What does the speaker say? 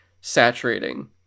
saturating